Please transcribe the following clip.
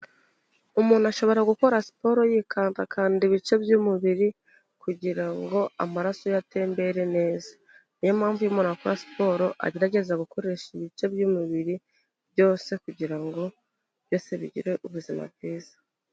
Umuntu ashobora gukora siporo yikanda kanda ibice by'umubiri kugira ngo amaraso ye atembere neza, niyo mpamvu iyo umuntu akora siporo agerageza gukoresha ibice by'umubiri byose kugira ngo byose bigire ubuzima bwiza.